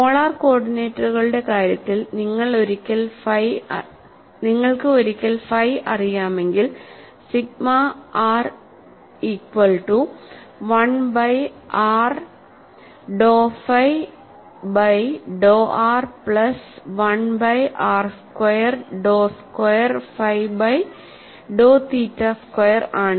polar കോർഡിനേറ്റുകളുടെ കാര്യത്തിൽ നിങ്ങൾക്ക് ഒരിക്കൽ ഫൈ അറിയാമെങ്കിൽ sigma R R equal to 1 by r ഡോ ഫൈ ബൈ ഡോ r plus 1 by r square ഡോ സ്ക്വയർ ഫൈ ബൈ ഡോ തീറ്റ സ്ക്വയർ ആണ്